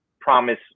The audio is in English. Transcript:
promise